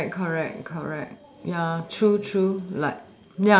correct correct correct ya true true like